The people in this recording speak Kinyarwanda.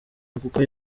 kuko